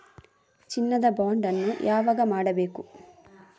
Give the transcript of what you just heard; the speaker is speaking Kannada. ಚಿನ್ನ ದ ಬಾಂಡ್ ಅನ್ನು ಯಾವಾಗ ಮಾಡಬೇಕು?